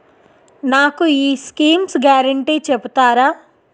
నాకు ఈ schemes guarantee చెప్తారా?